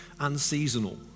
Unseasonal